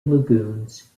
lagoons